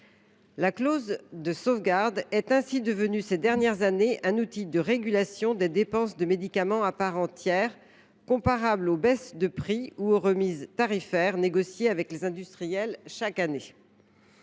La clause de sauvegarde est ainsi devenue ces dernières années un outil de régulation des dépenses de médicament à part entière, comparable aux baisses de prix ou aux remises tarifaires négociées avec les industriels chaque année.